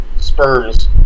Sperms